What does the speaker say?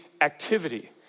activity